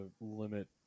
limit